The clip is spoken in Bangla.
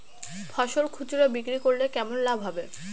ফসল খুচরো বিক্রি করলে কেমন লাভ হবে?